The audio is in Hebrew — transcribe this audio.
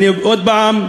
עוד הפעם,